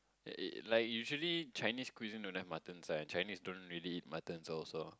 like eh like usually Chinese cuisine don't have muttons ah and Chinese don't really eat muttons also